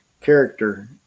character